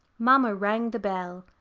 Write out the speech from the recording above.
mamma rang the bell.